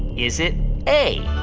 is it a,